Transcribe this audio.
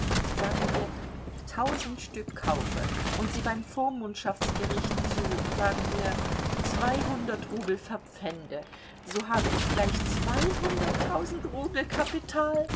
sagen wir tausend stück kaufe und sie beim vormundschaftsgericht zu sagen wir zweihundert rubel verpfände so habe ich gleich zweihunderttausend rubel kapital